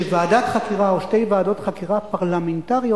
שוועדת חקירה או שתי ועדות חקירה פרלמנטריות